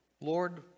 Lord